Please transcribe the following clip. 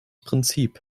prinzip